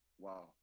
Wow